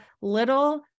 little